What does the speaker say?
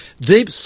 deep